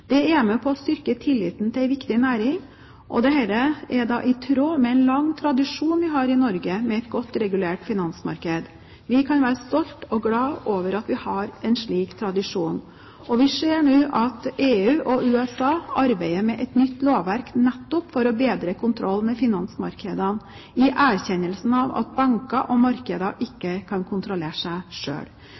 Det er med på å styrke tilliten til en viktig næring, og dette er i tråd med en lang tradisjon vi har i Norge med et godt regulert finansmarked. Vi kan være stolte og glade over at vi har en slik tradisjon, og vi ser nå at EU og USA arbeider med et nytt lovverk nettopp for å bedre kontrollen med finansmarkedene i erkjennelsen av at banker og markeder ikke kan kontrollere seg